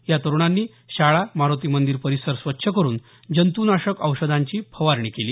या तरुणांनी शाळा मारोती मंदिर परिसर स्वच्छ करुन जंत्नाशक औषधांची फवारणी केली